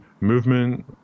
movement